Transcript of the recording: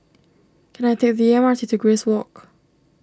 can I take the M R T to Grace Walk